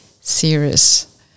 serious